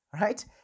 right